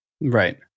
Right